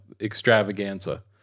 extravaganza